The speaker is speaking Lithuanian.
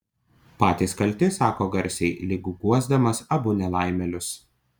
patys kalti sako garsiai lyg guosdamas abu nelaimėlius